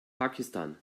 pakistan